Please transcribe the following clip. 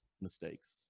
mistakes